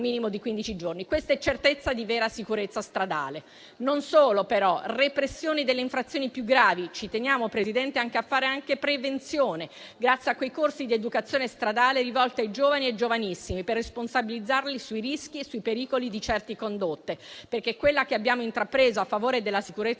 minimo di quindici giorni. Questa è certezza di vera sicurezza stradale. Non solo, però, repressioni delle infrazioni più gravi. Ci teniamo, Presidente, anche a fare prevenzione, grazie a quei corsi di educazione stradale rivolti ai giovani e giovanissimi, per responsabilizzarli sui rischi e sui pericoli di certe condotte, perché quella che abbiamo intrapreso a favore della sicurezza